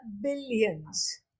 billions